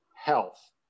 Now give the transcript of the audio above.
health